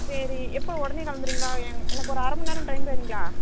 சரி எப்போ உடனே கிளம்புறிங்களா எனக்கு ஒரு அரைமணிநேர டைம் தரீங்களா